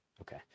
Okay